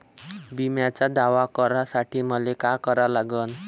बिम्याचा दावा करा साठी मले का करा लागन?